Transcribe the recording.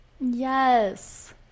Yes